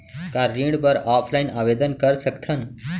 का ऋण बर ऑफलाइन आवेदन कर सकथन?